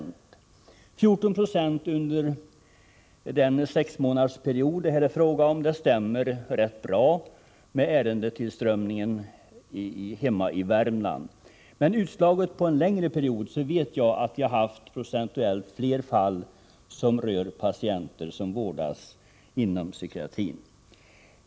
Uppgiften att 14 20 av ärendena under den sexmånadersperiod det här är fråga om avser patienter som vårdas inom psykiatrin stämmer också rätt bra med vad som gäller för ärendetillströmningen hemma i Värmland, men jag vet att vi utslaget på en längre period har haft procentuellt fler fall som rör sådana patienter.